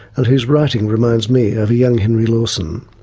and whose writing reminds me of a young henry lawson.